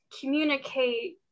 communicate